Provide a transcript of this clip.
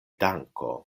danko